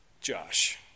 Josh